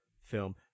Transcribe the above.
film